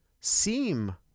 seem